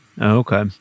Okay